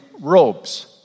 robes